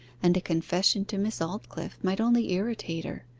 and a confession to miss aldclyffe might only irritate her.